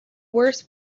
worse